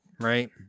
Right